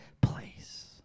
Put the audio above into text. place